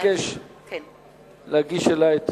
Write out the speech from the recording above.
אבקש להגיש אלי את